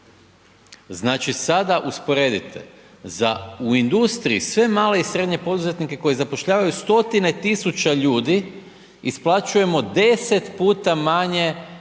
Znači, sada usporedite za u industriji, sve male i srednje poduzetnike koji zapošljavaju stotine tisuća ljudi isplaćujemo 10 puta manje potpora